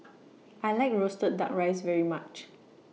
I like Roasted Duck Rice very much